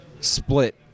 split